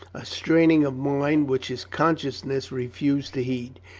a straining of mind which his consciousness refused to heed,